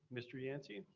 mr. yancey,